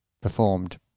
performed